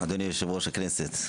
יושב-ראש הכנסת,